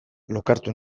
lokartu